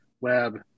web